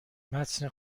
متن